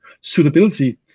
suitability